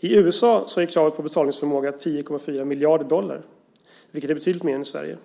I USA är kravet på betalningsförmåga 10,4 miljarder dollar, vilket är betydligt mer än i Sverige.